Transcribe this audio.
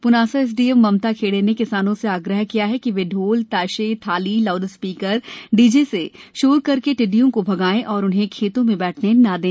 प्नासा SDM Mamta Khede ने किसानों से आग्रह है कि वे ढोल ताशे थाली लाउडस्पीकर डीजे से शोर करके टिड्डियों को भगाएं और उन्हें खेतों में बैठने ना दें